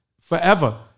forever